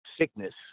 sickness